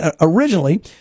originally